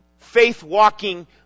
faith-walking